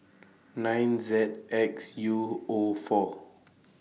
nine Z X U O four